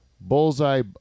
Bullseye